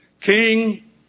King